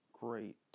great